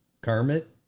Kermit